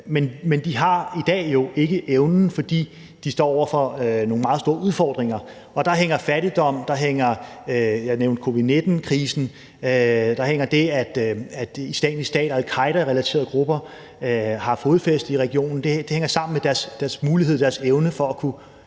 men de har i dag jo ikke evnen, fordi de står over for nogle meget store udfordringer, og der hænger fattigdommen, der hænger, som jeg nævnte, covid-19-krisen, der hænger det, at Islamisk Stat og al-Qaeda-relaterede grupper har fodfæste i regionen, sammen med deres mulighed for og deres evne til at kunne